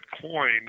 coin